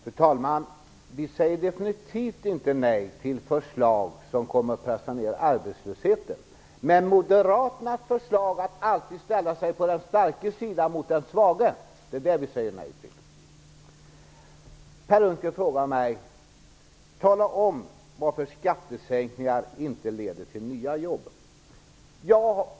Fru talman! Vi säger definitivt inte nej till förslag som kommer att sanera arbetslösheten. Men moderaterna ställer sig i sina förslag alltid på den starkes sida mot den svage, och det säger vi nej till. Per Unckel sade: Tala om varför skattesänkningar inte leder till nya jobb.